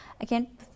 again